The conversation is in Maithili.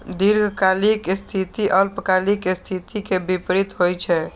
दीर्घकालिक स्थिति अल्पकालिक स्थिति के विपरीत होइ छै